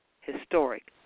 historic